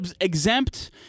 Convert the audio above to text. exempt